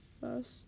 first